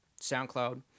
SoundCloud